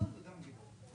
את החלק של